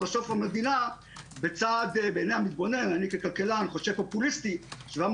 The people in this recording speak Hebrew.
בסוף המדינה בעיניי המתבונן אני ככלכלן חושב פופוליסטי ש-700